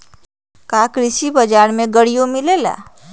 का कृषि बजार में गड़ियो मिलेला?